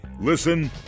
Listen